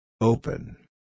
Open